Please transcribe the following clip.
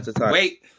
Wait